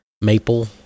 maple